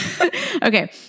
Okay